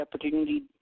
opportunity